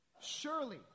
Surely